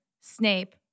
Snape